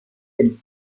del